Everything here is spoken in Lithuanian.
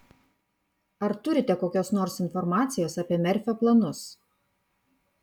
ar turite kokios nors informacijos apie merfio planus